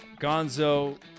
gonzo